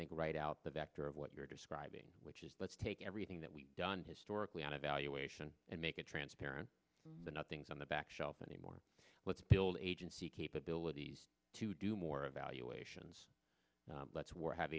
think right out the back door of what you're describing which is let's take everything that we've done historically on evaluation and make it transparent nothing's on the back shelf anymore let's build agency capabilities to do more evaluations let's we're hav